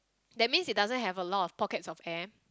that means it doesn't have a lot of pockets of air